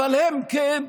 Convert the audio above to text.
אבל הם כן?